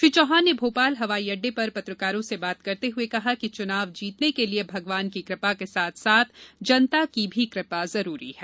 श्री चौहान ने भोपाल हवाईअड़डे पर पत्रकारों से बात करते हुए कहा कि चुनाव जीतने के लिए भगवान की कृपा के साथ साथ जनता की भी कृपा जरूरी है